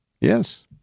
Yes